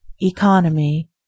Economy